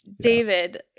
David